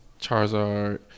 Charizard